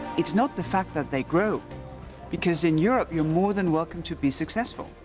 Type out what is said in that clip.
it's not the fact that they grow because in europe, you're more than welcome to be successful.